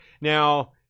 Now